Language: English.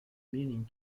meaning